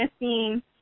missing